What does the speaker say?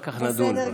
ואחר כך נדון בזה.